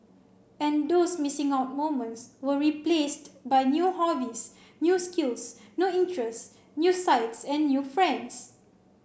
and those missing out moments were replaced by new hobbies new skills new interests new sights and new friends